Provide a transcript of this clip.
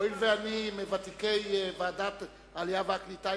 הואיל ואני מוותיקי ועדת העלייה והקליטה,